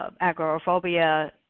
agoraphobia